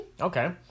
Okay